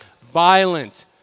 violent